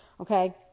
okay